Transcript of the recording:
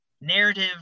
narrative